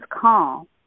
calm